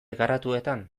garatuetan